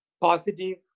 positive